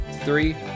Three